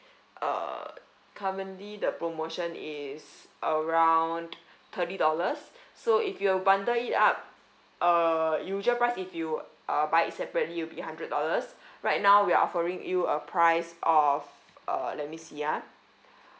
uh currently the promotion is around thirty dollars so if you bundle it up uh usual price if you uh buy it separately it'll be hundred dollars right now we're offering you a price of uh let me see ah